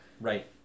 Right